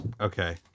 Okay